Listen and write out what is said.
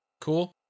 Cool